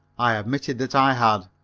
i admitted that i had.